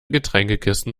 getränkekisten